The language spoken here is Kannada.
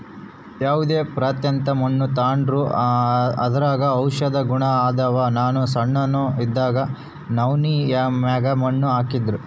ಯಾವ್ದೇ ಪ್ರಾಂತ್ಯದ ಮಣ್ಣು ತಾಂಡ್ರೂ ಅದರಾಗ ಔಷದ ಗುಣ ಅದಾವ, ನಾನು ಸಣ್ಣೋನ್ ಇದ್ದಾಗ ನವ್ವಿನ ಮ್ಯಾಗ ಮಣ್ಣು ಹಾಕ್ತಿದ್ರು